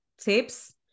tips